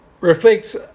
reflects